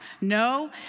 No